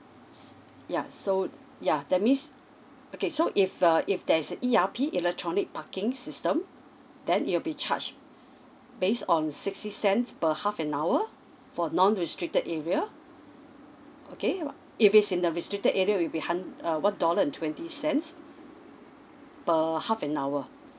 s~ ya so yeah that means okay so if err if there is E_R_P electronic parking system then it will be charged base on sixty cents per half an hour for non restricted area okay if it's in a restricted area it will be hund~ uh one dollar and twenty cents per half an hour